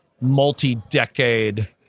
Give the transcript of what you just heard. multi-decade